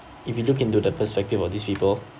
if you look into the perspective of these people